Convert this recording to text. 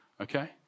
okay